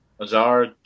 Azar